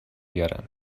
بیارم